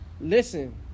listen